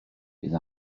bydd